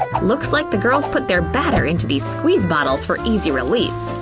looks like the girls put their batter into these squeeze bottles for easy release.